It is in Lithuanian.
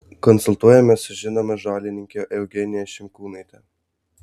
konsultuojamės su žinoma žolininke eugenija šimkūnaite